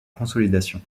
consolidation